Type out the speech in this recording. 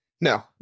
No